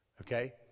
Okay